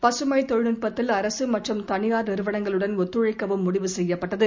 பசுமை தொழில்நுட்பத்தில் அரசு மற்றம் தனியார் நிறுவனங்களுடன் ஒத்துழைக்கவும் முடிவு செய்யப்பட்டது